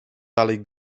dalej